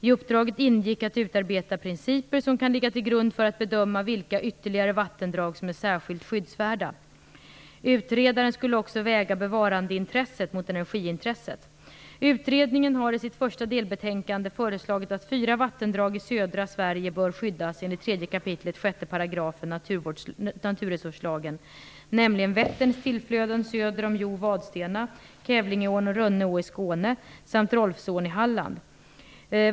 I uppdraget ingick att utarbeta principer som kan ligga till grund för att bedöma vilka ytterligare vattendrag som är särskilt skyddsvärda. Utredaren skulle också väga bevarandeintresset mot energiintresset. Utredningen har i sitt första delbetänkande föreslagit att fyra vattendrag i södra Sverige bör skyddas enligt 3 kap. 6 § naturresurslagen, nämligen Vätterns tillflöden söder om Hjo-Vadstena, Kävlingeån och Rönne å i Skåne samt Rolfsån i Halland.